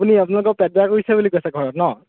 আপুনি আপোনালোকৰ পেট বেয়া কৰিছে বুলি কৈছে ঘৰত নহ্